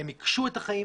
הן הקשו את החיים